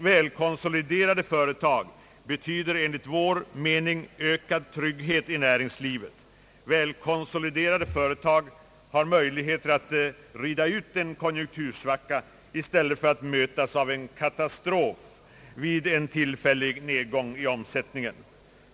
Välkonsoliderade företag betyder enligt vår mening ökad trygghet i näringslivet. Välkonsoliderade företag har möjligheter att rida ut en konjunktursvacka i stället för att mötas av en katastrof vid en tillfällig nedgång i omsättningen.